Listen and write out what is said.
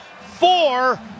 Four